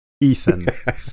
Ethan